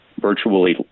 virtually